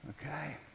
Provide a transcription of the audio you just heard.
Okay